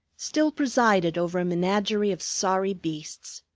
still presided over a menagerie of sorry beasts.